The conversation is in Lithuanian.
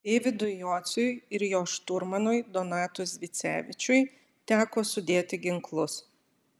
deividui jociui ir jo šturmanui donatui zvicevičiui teko sudėti ginklus